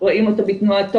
רואים אותו בתנועתו,